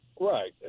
Right